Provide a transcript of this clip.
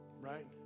Right